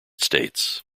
states